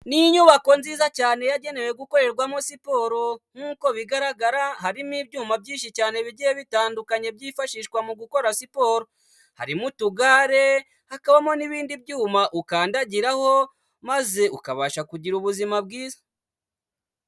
Ni inyubako nziza cyane yagenewe gukorerwamo siporo. Nk'uko bigaragara, harimo ibyuma byinshi cyane bigiye bitandukanye byifashishwa mu gukora siporo. Harimo utugare, hakabamo n'ibindi byuma ukandagiraho, maze ukabasha kugira ubuzima bwiza.